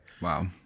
Wow